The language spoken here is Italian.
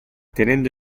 tenendo